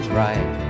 right